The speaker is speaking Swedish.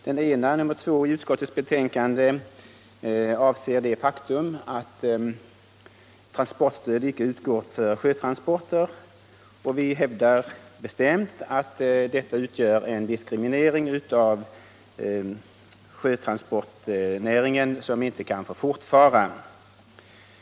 Den ena reservationen, nr 2 i betänkandet, avser det faktum att transportstöd icke utgår för sjötransporter, och vi hävdar bestämt att detta utgör en diskriminering av sjötransportnäringen. En sådan diskriminering kan inte få fortsätta.